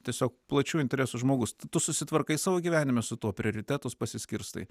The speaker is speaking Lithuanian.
tiesiog plačių interesų žmogus tu susitvarkai savo gyvenime su tuo prioritetus pasiskirstai